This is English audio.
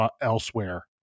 elsewhere